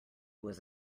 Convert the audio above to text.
was